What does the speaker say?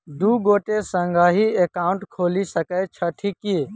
दु गोटे संगहि एकाउन्ट खोलि सकैत छथि की?